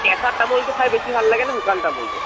কেঁচা তামোলটো খাই বেছি ভাল লাগেনে শুকান তামোলটো